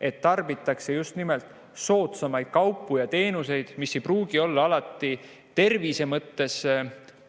et tarbitakse just nimelt soodsamaid kaupu ja teenuseid, mis ei pruugi olla alati tervise mõttes